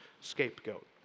scapegoat